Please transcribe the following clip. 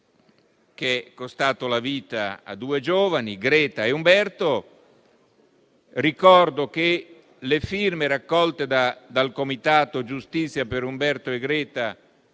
che è costato la vita a due giovani, Greta e Umberto. Ricordo che le firme raccolte dal comitato Giustizia per Umberto e Greta